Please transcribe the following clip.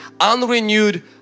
unrenewed